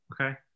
Okay